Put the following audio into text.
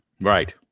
Right